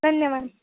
धन्यवाद